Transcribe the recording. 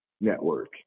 network